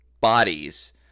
bodies